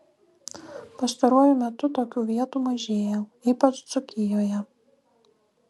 pastaruoju metu tokių vietų mažėja ypač dzūkijoje